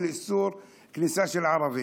איסור כניסה של ערבים.